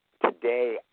today